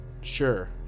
Sure